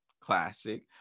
classic